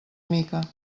mica